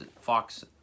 fox